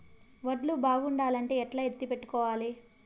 వడ్లు బాగుండాలంటే ఎట్లా ఎత్తిపెట్టుకోవాలి?